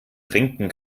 trinken